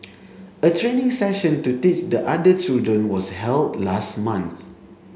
a training session to teach the other children was held last month